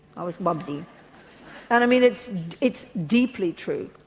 i was bobsy. and i mean it's it's deeply true.